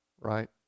right